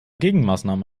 gegenmaßnahmen